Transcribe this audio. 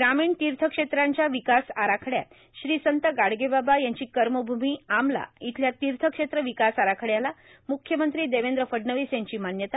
ग्रामीण तीथक्षेत्रांच्या ावकास आराखड्यात श्री संत गाडगेबाबा यांची कमभूमी आमला इथल्या तीथक्षेत्र ांवकास आराखड्याला मुख्यमंत्री देवद्र फडणवीस यांची मान्यता